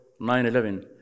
9-11